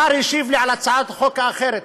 השר השיב לי על הצעת החוק האחרת,